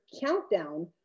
countdown